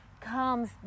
comes